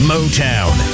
Motown